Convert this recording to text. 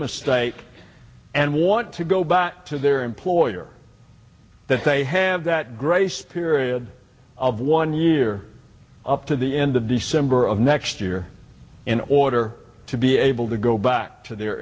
mistake and want to go back to their employer that they have that grace period of one year up to the end of december of next year in order to be able to go back to their